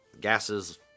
gases